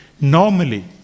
normally